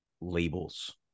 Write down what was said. labels